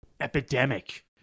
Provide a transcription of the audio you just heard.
epidemic